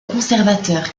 conservateur